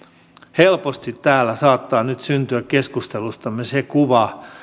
helposti täällä saattaa nyt syntyä keskustelustamme se kuva